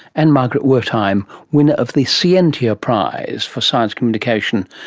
and margaret wertheim, winner of the scientia prize for science communication.